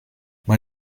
man